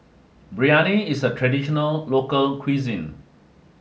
Biryani is a traditional local cuisine